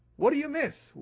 what do you miss?